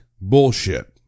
bullshit